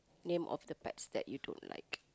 name of the pets that you don't like